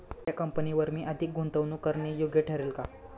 त्या कंपनीवर मी अधिक गुंतवणूक करणे योग्य ठरेल का?